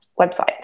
website